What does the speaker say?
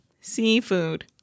seafood